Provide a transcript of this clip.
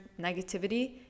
negativity